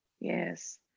yes